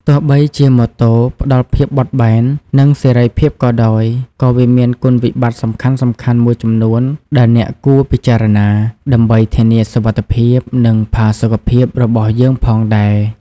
ទោះបីជាម៉ូតូផ្ដល់ភាពបត់បែន និងសេរីភាពក៏ដោយ ក៏វាមានគុណវិបត្តិសំខាន់ៗមួយចំនួនដែលអ្នកគួរពិចារណា ដើម្បីធានាសុវត្ថិភាព និងផាសុកភាពរបស់យើងផងដែរ។